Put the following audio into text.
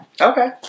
Okay